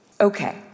Okay